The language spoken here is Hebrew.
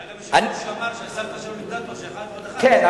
היה גם יושב-ראש שהסבתא שלו לימדה אותו שאחד ועוד אחד זה שניים.